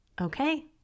Okay